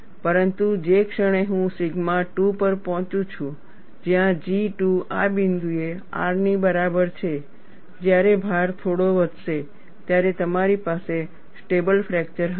પરંતુ જે ક્ષણે હું સિગ્મા 2 પર પહોંચું છું જ્યાં G2 આ બિંદુએ R ની બરાબર છે જ્યારે ભાર થોડો વધશે ત્યારે તમારી પાસે સ્ટેબલ ફ્રેકચર હશે